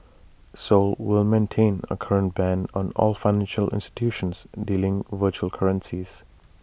Seoul will maintain A current ban on all financial institutions dealing virtual currencies